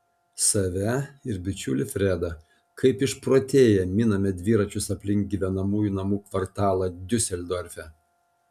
save ir bičiulį fredą kaip išprotėję miname dviračius aplink gyvenamųjų namų kvartalą diuseldorfe